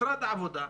משרד העבודה,